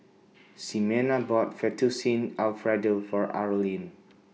Ximena bought Fettuccine Alfredo For Arlyne